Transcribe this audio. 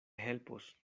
helpos